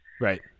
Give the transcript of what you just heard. Right